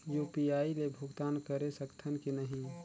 UPI ले भुगतान करे सकथन कि नहीं?